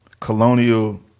colonial